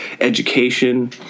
education